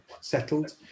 settled